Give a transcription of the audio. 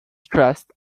stressed